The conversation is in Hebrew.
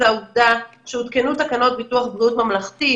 זאת העובדה שהותקנו תקנות ביטוח בריאות ממלכתי,